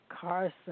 Carson